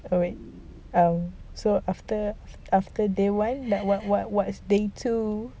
oh wait um so after after day one what what what's day two